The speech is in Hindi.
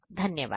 धन्यवाद